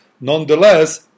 Nonetheless